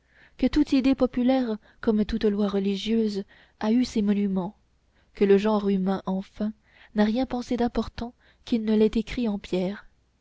que toute idée populaire comme toute loi religieuse a eu ses monuments que le genre humain enfin n'a rien pensé d'important qu'il ne l'ait écrit en pierre